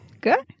Good